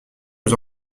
aux